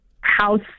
house